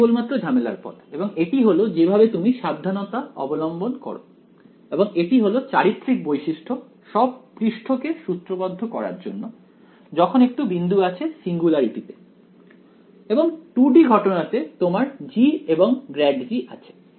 এটা কেবলমাত্র ঝামেলার পদ এবং এটি হলো যেভাবে তুমি সাবধানতা অবলম্বন করো এবং এটি হলো চারিত্রিক বৈশিষ্ট্য সব পৃষ্ঠকে সূত্রবদ্ধ করার জন্য যখন একটি বিন্দু আছে সিঙ্গুলারিটি তে এবং 2 D ঘটনাতে তোমার g এবং ∇g আছে